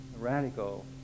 radical